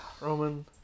Roman